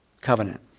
covenant